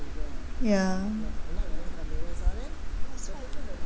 ya